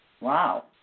Wow